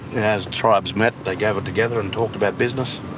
as tribes met, they gathered together and talked about business,